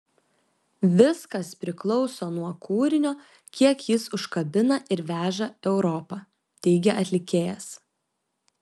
viskas priklauso nuo kūrinio kiek jis užkabina ir veža europa teigė atlikėjas